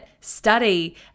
study